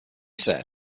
said